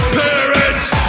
parents